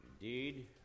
indeed